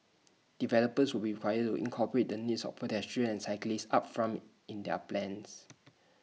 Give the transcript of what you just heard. developers will required to incorporate the needs of pedestrians and cyclists upfront in their plans